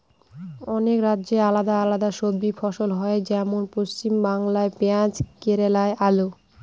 অনেক রাজ্যে আলাদা আলাদা সবজি ফসল হয়, যেমন পশ্চিমবাংলায় পেঁয়াজ কেরালায় আলু